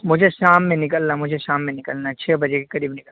مجھے شام میں نکلنا مجھے شام میں نکلنا ہے چھ بجے کے قریب نکلنا